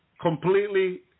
completely